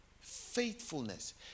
Faithfulness